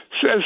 says